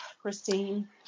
Christine